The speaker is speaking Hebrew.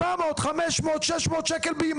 מאיפה הם הולכים להביא 400, 500, 600 ₪ ביממה?